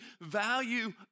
value